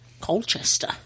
Colchester